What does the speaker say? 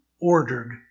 ordered